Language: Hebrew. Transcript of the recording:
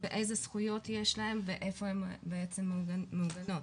איזה זכויות יש להם ואיפה הם בעצם מעוגנות.